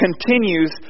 continues